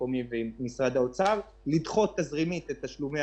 אבל מצד שני תדעו שמצופה מכם להמשיך את